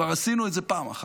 כבר עשינו את זה פעם אחת.